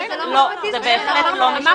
זה בהחלט לא משפטי.